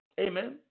Amen